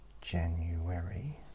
January